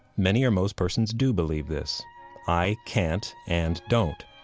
many or most persons do believe this i can't and don't.